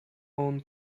own